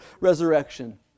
resurrection